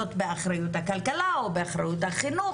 זה באחריות הכלכלה או באחריות החינוך,